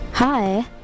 Hi